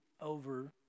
over